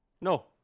No